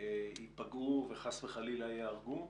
המיטבי ייפגעו וחס וחליל ייהרגו.